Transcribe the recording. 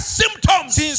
symptoms